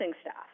staff